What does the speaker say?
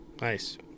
Nice